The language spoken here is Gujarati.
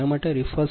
30 p